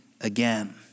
again